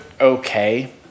okay